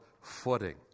footing